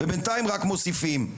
אבל בינתיים רק מוסיפים.